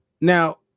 Now